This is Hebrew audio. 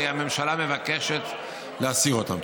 הממשלה מבקשת להסיר אותן.